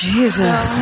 Jesus